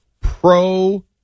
pro